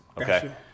Okay